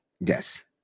Yes